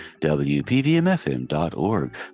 wpvmfm.org